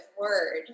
word